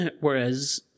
whereas